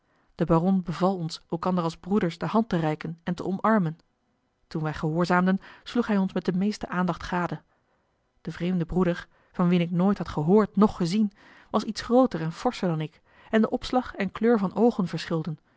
de baron beval ons elkander als broeders de hand te reiken en te omarmen toen wij gehoorzaamden sloeg hij ons met de meeste aandacht gade de vreemde broeder van wien ik nooit had gehoord noch gezien was iets grooter en forscher dan ik en de opslag en kleur van oogen verschilden